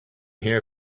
here